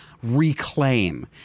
Reclaim